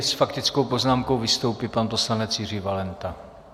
S faktickou poznámkou vystoupí pan poslanec Jiří Valenta.